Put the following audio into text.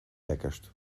lekkerst